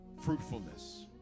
fruitfulness